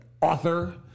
author